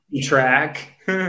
Track